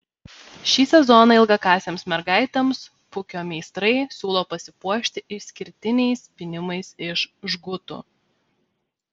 šį sezoną ilgakasėms mergaitėms pukio meistrai siūlo pasipuošti išskirtiniais pynimais iš žgutų